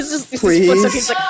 Please